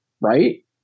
Right